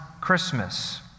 Christmas